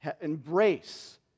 embrace